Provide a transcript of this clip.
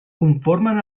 conformen